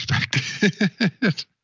expected